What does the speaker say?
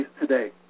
today